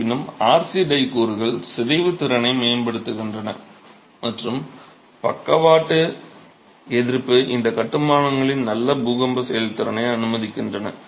இருப்பினும் RC tie கூறுகள் சிதைவு திறனை மேம்படுத்துகின்றன மற்றும் பக்கவாட்டு எதிர்ப்பு இந்த கட்டுமானங்களின் நல்ல பூகம்ப செயல்திறனை அனுமதிக்கின்றன